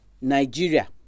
Nigeria